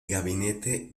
gabinete